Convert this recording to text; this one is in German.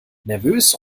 nervös